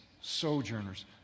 sojourners